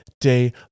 day